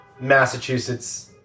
Massachusetts